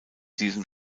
diesem